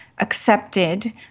accepted